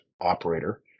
operator